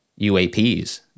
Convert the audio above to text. UAPs